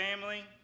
family